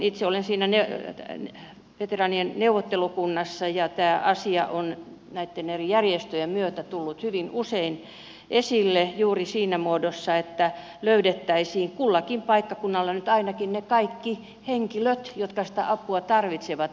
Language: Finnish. itse olen siinä veteraanien neuvottelukunnassa ja tämä asia on näitten eri järjestöjen myötä tullut hyvin usein esille juuri siinä muodossa että löydettäisiin kullakin paikkakunnalla nyt ainakin kaikki ne henkilöt jotka sitä apua tarvitsevat